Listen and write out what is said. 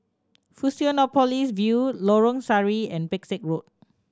Fusionopolis View Lorong Sari and Pesek Road